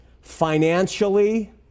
financially